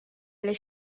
ada